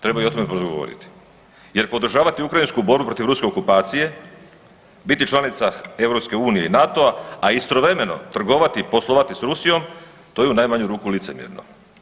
Treba i otvoreno odgovoriti jer podržavati ukrajinsku borbu protiv ruske okupacije, biti članica EU i NATO-a, a istovremeno trgovati i poslovati s Rusijom to je u najmanju ruku licemjerno.